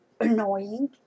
Annoying